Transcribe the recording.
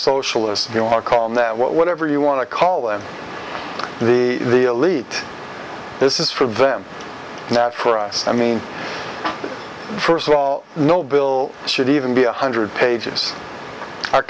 socialists your call net whatever you want to call them the elite this is for them now for us i mean first of all no bill should even be a hundred pages our